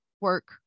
work